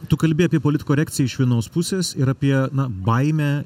tu kalbi apie politkorekciją iš vienos pusės ir apie baimę